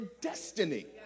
destiny